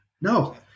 No